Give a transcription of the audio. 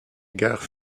gare